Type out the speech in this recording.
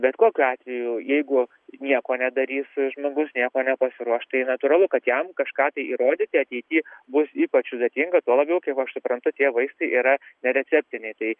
bet kokiu atveju jeigu nieko nedarys žmogus nieko nepasiruoš tai natūralu kad jam kažką tai įrodyti ateity bus ypač sudėtinga tuo labiau kaip aš suprantu tie vaistai yra nereceptiniai tai